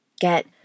Get